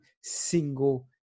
single